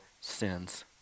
sins